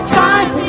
time